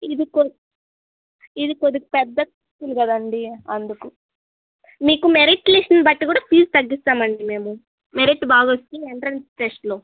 ఇది కొది ఇది కొద్ది పెద్ద స్కూలు కదండీ అందుకు మీకు మెరిట్ లిస్ట్ని బట్టి కూడా ఫీజు తగ్గిస్తామండి మేము మెరిట్ బాగా వస్తే ఎంట్రెన్స్ టెస్టలో